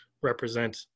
represent